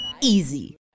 Easy